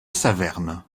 saverne